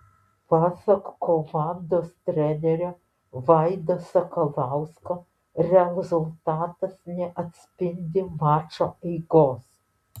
pasak komandos trenerio vaido sakalausko rezultatas neatspindi mačo eigos